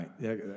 right